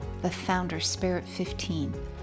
THEFOUNDERSPIRIT15